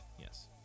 yes